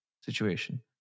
situation